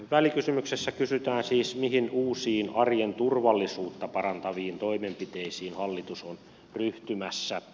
välikysymyksessä kysytään siis mihin uusiin arjen turvallisuutta parantaviin toimenpiteisiin hallitus on ryhtymässä